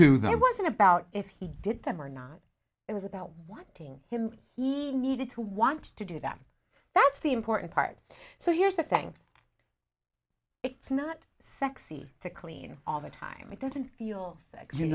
it wasn't about if he did them or not it was about wanting him he needed to want to do that that's the important part so here's the thing it's not sexy to clean all the time it doesn't feel like you